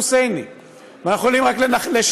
אני התמקדתי ואמרתי